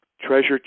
treasure